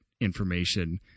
information